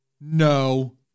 No